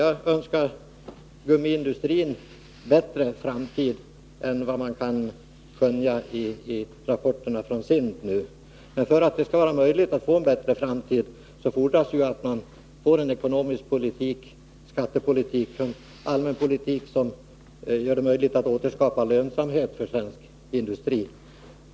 Jag önskar gummiindustrin en bättre framtid än vad man kan skönja i rapporterna från SIND. För att kunna skapa en bättre framtid fordras det att man för en ekonomisk politik, skattepolitik och över huvud taget allmän politik som gör det möjligt att åter få lönsamhet i svensk industri.